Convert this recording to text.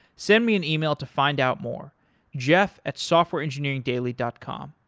send me an email to find out more jeff at softwareengineeringdaily dot com.